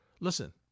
listen